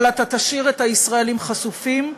אבל אתה תשאיר את הישראלים חשופים,